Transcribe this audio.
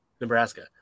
Nebraska